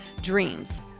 dreams